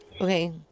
Okay